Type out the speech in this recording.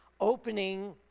opening